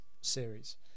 series